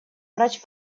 врач